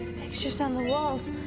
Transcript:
pictures on the walls.